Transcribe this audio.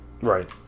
right